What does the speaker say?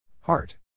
Heart